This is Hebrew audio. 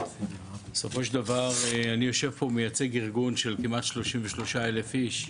בסופו של דבר אני יושב פה ומייצג ארגון של כמעט 33,000 איש,